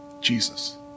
Jesus